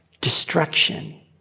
Destruction